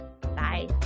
Bye